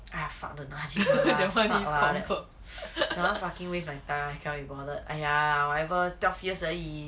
!aiya! fuck the najib [one] lah fuck lah that one fucking waste my time I can't be bothered whatever !aiya! twelve years 而已